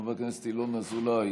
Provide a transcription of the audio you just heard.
חבר הכנסת ינון אזולאי,